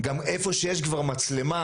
גם איפה שיש כבר מצלמה,